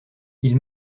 ils